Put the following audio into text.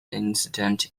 incident